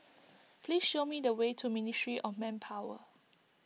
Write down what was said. please show me the way to Ministry of Manpower